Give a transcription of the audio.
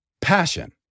Passion